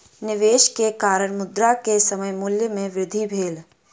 निवेश के कारण, मुद्रा के समय मूल्य में वृद्धि भेल